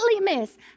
miss